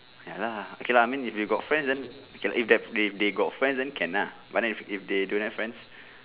ya lah okay lah I mean if you got friends then okay lah if that they they got friend then can lah but then if if they don't have friends